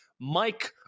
Mike